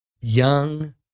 young